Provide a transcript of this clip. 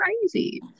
crazy